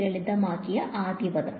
ലളിതമാക്കിയ ആദ്യ പദം